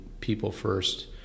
people-first